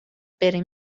بریم